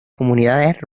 comunidades